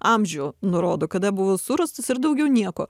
amžių nurodo kada buvo surastas ir daugiau nieko